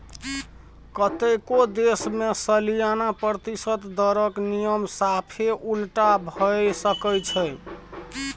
कतेको देश मे सलियाना प्रतिशत दरक नियम साफे उलटा भए सकै छै